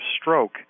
stroke